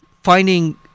Finding